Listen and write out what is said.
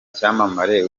cyamamare